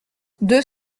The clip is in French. deux